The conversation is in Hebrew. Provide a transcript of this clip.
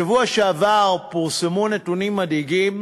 בשבוע שעבר פורסמו נתונים מדאיגים